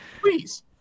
Please